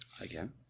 Again